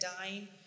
dying